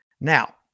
Now